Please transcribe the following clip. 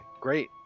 great